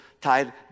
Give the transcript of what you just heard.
Tide